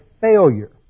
failure